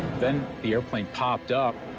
then the airplane popped up.